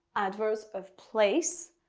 adverbs of place.